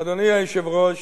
אדוני היושב-ראש,